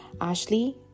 ashley